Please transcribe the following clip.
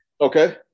Okay